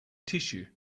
tissue